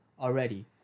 already